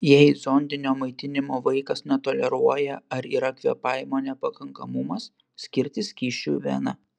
jei zondinio maitinimo vaikas netoleruoja ar yra kvėpavimo nepakankamumas skirti skysčių į veną